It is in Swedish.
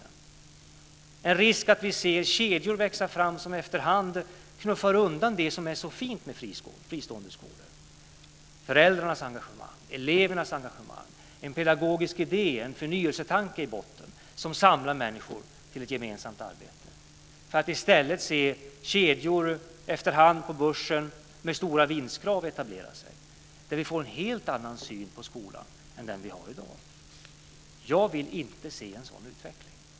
Det finns en risk att vi ser kedjor växa fram och etablera sig på börsen med stora vinstkrav som efterhand knuffar undan det som är så fint med fristående skolor, dvs. föräldrarnas engagemang, elevernas engagemang, en pedagogisk idé, en förnyelsetanke i botten som samlar människor till ett gemensamt arbete. Vi får en helt annan syn på skolan än den i dag. Jag vill inte se en sådan utveckling.